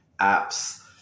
apps